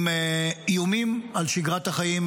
עם איומים על שגרת החיים,